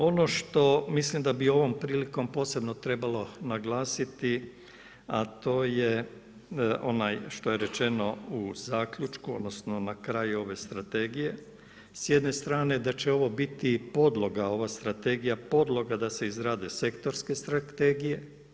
Ono što mislim da bi ovom prilikom posebno trebalo naglasiti, a to je onaj što je rečeno u zaključku odnosno na kraju ove strategije, s jedne strane da će ovo biti podloga ova strategija podloga da se izrade sektorske strategije.